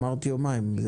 אמרת יומיים.